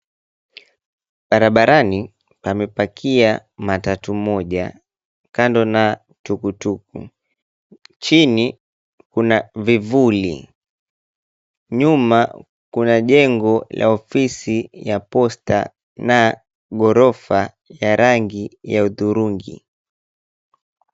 Barabarani pamepakia matatu moja kando na tuk tuk . Chini kuna vivuli, nyuma kuna jengo la ofisi ya posta na ghorofa ya rangi ya hudhurungi.